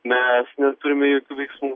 mes neturime jokių veiksmų